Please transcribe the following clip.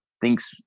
thinks